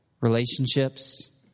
relationships